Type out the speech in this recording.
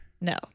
no